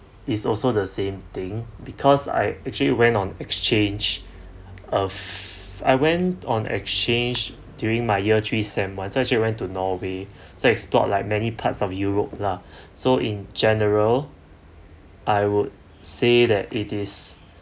is also the same thing because I actually went on exchange of I went on exchange during my year three sem~ one so actually I went to norway so explored like many parts of europe lah so in general I would say that it is